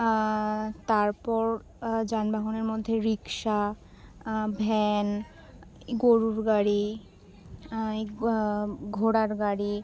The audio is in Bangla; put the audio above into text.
তারপর যানবাহনের মধ্যে রিকশা ভ্যান গরুর গাড়ি ঘোড়ার গাড়ি